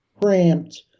cramped